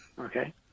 Okay